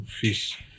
fish